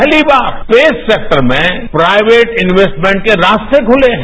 पहली बार space sector में प्राइवेट इनवेस्टमेंट के रास्ते खुले हैं